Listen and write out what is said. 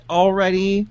already